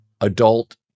adult